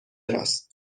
راست